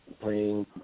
playing